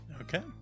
Okay